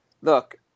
look